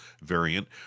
variant